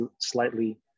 slightly